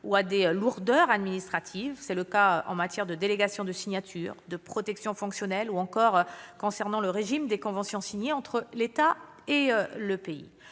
ou à des lourdeurs administratives : c'est le cas en matière de délégations de signature, de protection fonctionnelle, ou encore concernant le régime des conventions signées entre l'État et le pays.